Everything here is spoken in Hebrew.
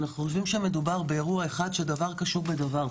אנחנו חושבים שמדובר באירוע אחד שדבר קשור בדבר.